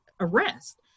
arrest